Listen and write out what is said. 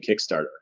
Kickstarter